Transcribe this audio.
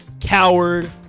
coward